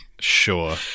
Sure